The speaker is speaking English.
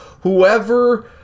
whoever